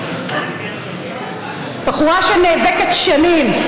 זו בחורה שנאבקת שנים,